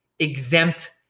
exempt